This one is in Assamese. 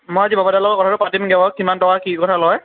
মই আজি বাবাদাৰ লগত কথাটো পাতিমগৈ বাৰু কিমান টকা কি কথা লয়